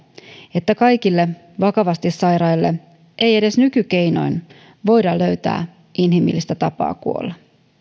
että kaikille vakavasti sairaille ei edes nykykeinoin voida löytää inhimillistä tapaa kuolla